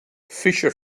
fisher